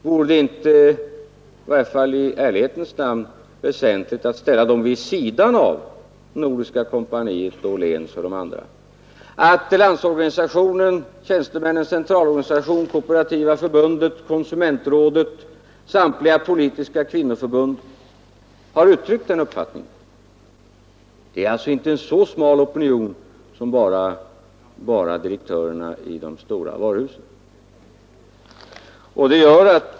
Vore det inte i ärlighetens namn väsentligt att vid sidan av Nordiska kompaniet, Åhlens och de andra affärskedjorna också nämna att Landsorganisationen, Tjänstemännens centralorganisation, Kooperativa förbundet, konsumentrådet och samtliga politiska kvinnoförbund också har uttryckt den uppfattningen? Det är alltså inte fråga om en så smal opinion som bara direktörerna i de stora varuhusen.